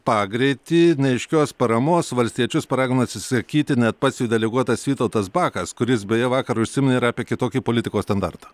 pagreitį neaiškios paramos valstiečius paragino atsisakyti net pats jų deleguotas vytautas bakas kuris beje vakar užsiminė ir apie kitokį politikos standartą